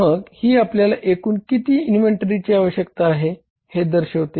मग ही आपल्याला एकूण किती इन्व्हेंटरी ची आवश्यकता आहे हे दर्शवते